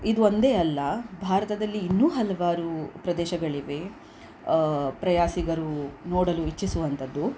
ಇದು ಒಂದೇ ಅಲ್ಲ ಭಾರತದಲ್ಲಿ ಇನ್ನೂ ಹಲವಾರು ಪ್ರದೇಶಗಳಿವೆ ಪ್ರವಾಸಿಗರು ನೋಡಲು ಇಚ್ಛಿಸುವಂಥದ್ದು